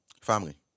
Family